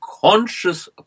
conscious